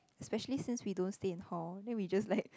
especially since we don't stay in hall then we just like